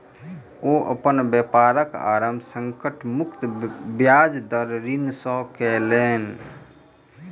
ओ अपन व्यापारक आरम्भ संकट मुक्त ब्याज दर ऋण सॅ केलैन